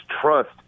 trust